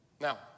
Now